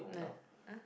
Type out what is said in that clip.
nah ah